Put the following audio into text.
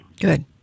Good